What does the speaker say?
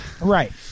Right